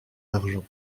argent